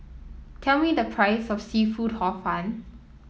tell me the price of seafood Hor Fun